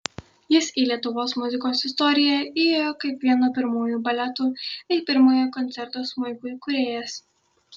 jis į lietuvos muzikos istoriją įėjo kaip vieno pirmųjų baletų bei pirmojo koncerto smuikui kūrėjas